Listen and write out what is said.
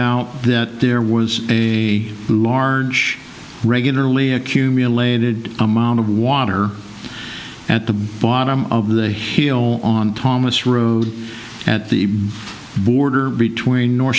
out that there was a large regularly accumulated amount of water at the bottom of the hill on thomas road at the border between north